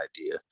idea